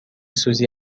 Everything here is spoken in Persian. سوزی